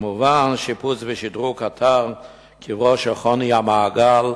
וכמובן שיפוץ ושדרוג של אתר קברו של חוני המעגל,